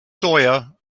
sawyer